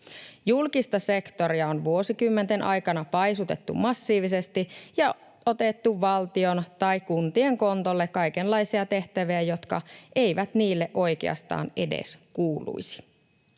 Julkista sektoria on vuosikymmenten aikana paisutettu massiivisesti ja otettu valtion tai kuntien kontolle kaikenlaisia tehtäviä, jotka eivät niille oikeastaan edes kuuluisi.